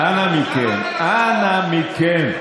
אנא מכם, אנא מכם.